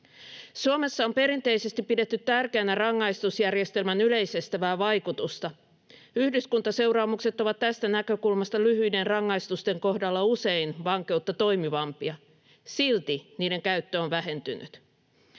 Suomessa on perinteisesti pidetty tärkeänä rangaistusjärjestelmän yleis-estävää vaikutusta. Yhdyskuntaseuraamukset ovat tästä näkökulmasta lyhyiden rangaistusten kohdalla usein vankeutta toimivampia, silti niiden käyttö on vähentynyt.